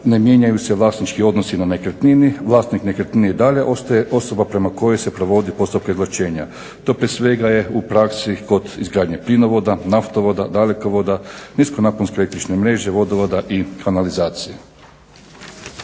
ne mijenjaju se vlasnički odnosi na nekretnini, vlasnik nekretnine i dalje ostaje osoba prema kojoj se provodi postupak izvlašćenja. To prije svega je u praksi kod izgradnje plinovoda, naftovoda, dalekovoda, nisko naponske električne mreže, vodovoda i kanalizacije.